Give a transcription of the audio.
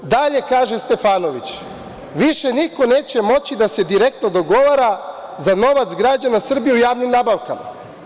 Dalje, kaže Stefanović, više niko neće moći da se direktno dogovara za novac građana Srbije u javnim nabavkama.